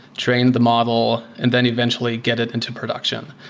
train the model and then eventually get it into production.